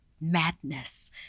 madness